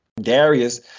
Darius